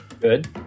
Good